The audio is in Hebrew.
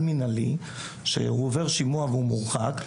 עובר שימוע והוא מורחק,